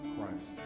Christ